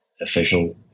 official